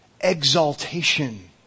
Exaltation